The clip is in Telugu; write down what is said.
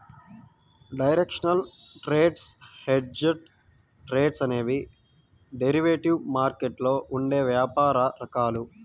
డైరెక్షనల్ ట్రేడ్స్, హెడ్జ్డ్ ట్రేడ్స్ అనేవి డెరివేటివ్ మార్కెట్లో ఉండే వ్యాపార రకాలు